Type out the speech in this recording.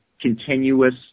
continuous